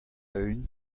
eeun